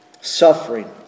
Suffering